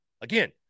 again—